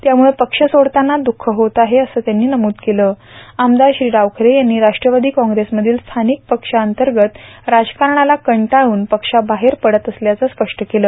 त्यामुळं पक्ष सोडताना दुःख होत आहे असं नमूद करीत आमदार श्री डावखरे यांनी राष्ट्रवादी काँग्रेसमधील स्थानिक पक्षांतर्गत राजकारणाला कंटाळून पक्षाबाहेर पडत असल्याचं स्पष्ट केलं